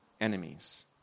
enemies